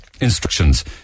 instructions